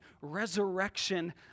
resurrection